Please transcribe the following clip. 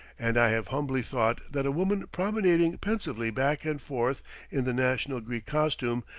and i have humbly thought that a woman promenading pensively back and forth in the national greek costume,